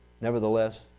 Nevertheless